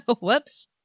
Whoops